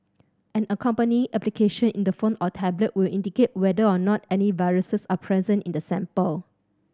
an accompanying application in the phone or tablet will indicate whether or not any viruses are present in the sample